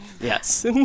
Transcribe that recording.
Yes